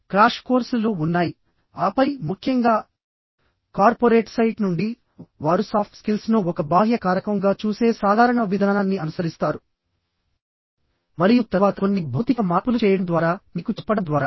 crash కోర్సులు ఉన్నాయి ఆపై ముఖ్యంగా కార్పొరేట్ సైట్ నుండి వారు సాఫ్ట్ స్కిల్స్ ను ఒక బాహ్య కారకం గా చూసే సాధారణ విధానాన్ని అనుసరిస్తారు మరియు తర్వాత కొన్ని భౌతిక మార్పులు చేయడం ద్వారా మీకు చెప్పడం ద్వారా